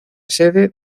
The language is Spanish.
sede